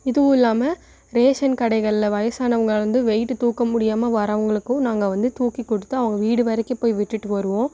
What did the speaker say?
இதுவும் இல்லாமல் ரேஷன் கடைகள்ல வயசானவங்கள வந்து வெயிட் தூக்க முடியாமல் வரவங்களுக்கும் நாங்கள் வந்து தூக்கிக் கொடுத்து அவங்க வீடு வரைக்கும் போய் விட்டுட்டு வருவோம்